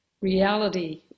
Reality